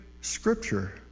Scripture